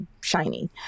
Shiny